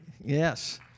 Yes